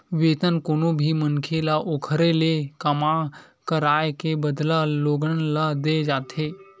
वेतन कोनो भी मनखे ल ओखर ले काम कराए के बदला लोगन ल देय जाथे